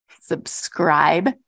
subscribe